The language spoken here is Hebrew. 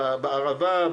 בערבה,